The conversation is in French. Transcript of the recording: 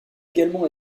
également